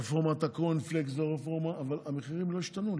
רפורמת הקורנפלקס ורפורמת, אבל המחירים לא השתנו.